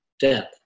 death